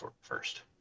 first